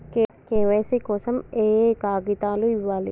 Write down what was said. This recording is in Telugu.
కే.వై.సీ కోసం ఏయే కాగితాలు ఇవ్వాలి?